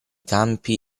campi